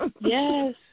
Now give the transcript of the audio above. yes